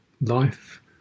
life